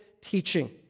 teaching